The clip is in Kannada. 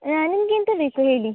ನಿಮ್ಗೆಂತ ಬೇಕು ಹೇಳಿ